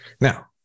Now